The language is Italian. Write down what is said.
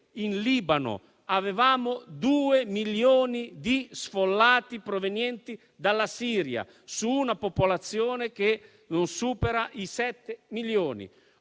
in Libano avevamo 2 milioni di sfollati provenienti dalla Siria, su una popolazione che non supera i 7 milioni.